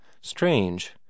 Strange